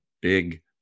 big